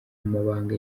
amabanga